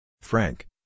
Frank